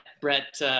Brett